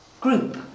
group